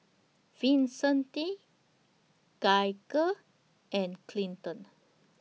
Vicente Gaige and Clinton